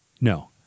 No